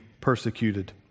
persecuted